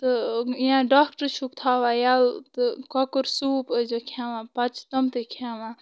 تہٕ یا ڈاکٹر چھُک تھاوان ییٚلہٕ تہٕ کۄکُر سوٗپ ٲسزیٚو کھیٚوان پَتہٕ چھِ تِم تہِ کھیٚوان